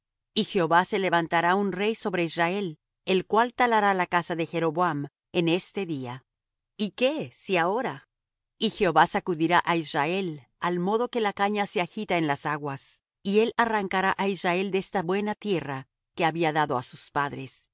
y jehová se levantará un rey sobre israel el cual talará la casa de jeroboam en este día y qué si ahora y jehová sacudirá á israel al modo que la caña se agita en las aguas y él arrancará á israel de esta buena tierra que había dado á sus padres